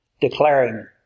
declaring